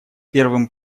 первым